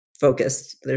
focused